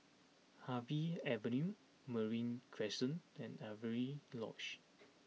Harvey Avenue Marine Crescent and Avery Lodge